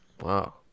Wow